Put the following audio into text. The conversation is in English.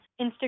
Instagram